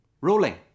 Rolling